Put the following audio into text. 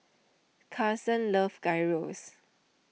Carson loves Gyros